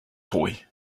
toy